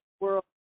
World